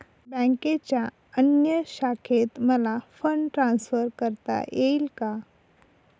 बँकेच्या अन्य शाखेत मला फंड ट्रान्सफर करता येईल का?